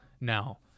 Now